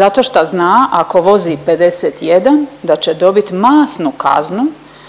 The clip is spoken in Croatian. Zato šta zna ako vozi 51 da će dobit masnu kaznu